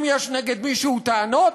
אם יש נגד מישהו טענות,